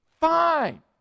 fine